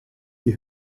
die